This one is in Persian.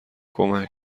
کمک